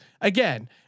again